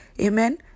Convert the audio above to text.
Amen